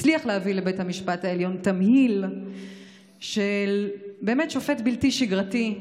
הצליח להביא לבית המשפט העליון תמהיל של שופט בלתי שגרתי,